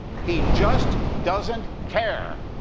he just doesn't care.